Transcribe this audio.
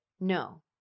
No